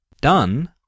Done